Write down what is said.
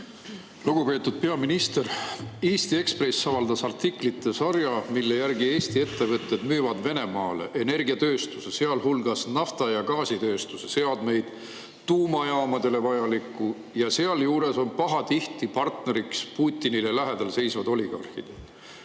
Lugupeetud peaminister! Eesti Ekspress avaldas artiklite sarja, mille järgi Eesti ettevõtted müüvad Venemaale energiatööstuse, sealhulgas nafta‑ ja gaasitööstuse seadmeid ning tuumajaamadele vajalikku. Sealjuures on pahatihti partneriks Putinile lähedal seisvad oligarhid.